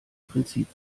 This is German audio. prinzip